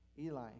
Eli